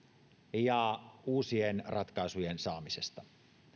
ja uusien ratkaisujen saamisesta